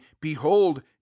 behold